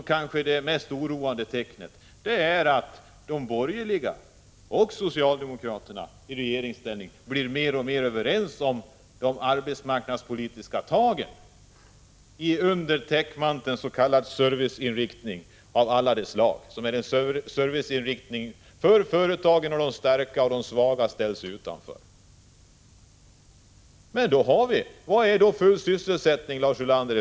Det mest oroande tecknet är att de borgerliga och socialdemokraterna i regeringsställning blir mer och mer överens om de arbetsmarknadspolitiska tagen under täckmanteln ”serviceinriktning” av alla möjliga slag. Här gäller det då en serviceinriktning för företagen och de starka. De svaga ställs utanför. Men vad är då full sysselsättning, Lars Ulander?